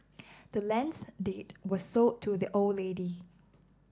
the land's deed was sold to the old lady